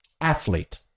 athlete